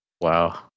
wow